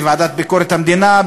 בוועדה לענייני ביקורת המדינה,